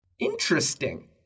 Interesting